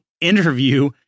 Interview